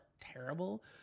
terrible